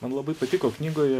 man labai patiko knygoj